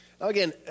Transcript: Again